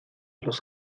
los